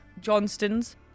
Johnstons